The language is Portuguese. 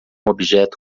objeto